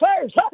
first